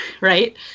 right